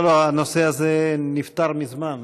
לא, לא, הנושא הזה נפתר מזמן.